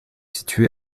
situé